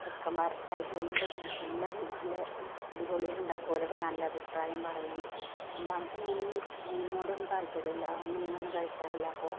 chicken വരട്ടായിട്ടും എല്ലാതും എല്ലാതും നല്ല അടിപൊളീലുണ്ടാക്കും ഓരൊക്കെ നല്ലഭിപ്രായം പറയും രണ്ടാമത്തെ മോൻ മീൻനോടാണ് താത്പര്യമില്ല അവൻ മീനൊന്നും കഴിക്കാറില്ല അപ്പോൾ